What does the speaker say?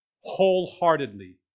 Wholeheartedly